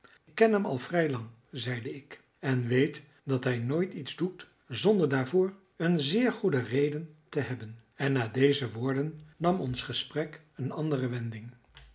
ken hem al vrij lang zeide ik en weet dat hij nooit iets doet zonder daarvoor een zeer goede reden te hebben en na deze woorden nam ons gesprek een andere wending